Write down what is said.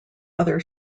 other